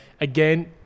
Again